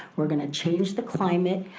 we're gonna change the climate.